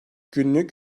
günlük